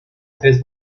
tres